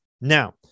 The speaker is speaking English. Now